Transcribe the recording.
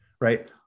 right